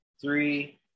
three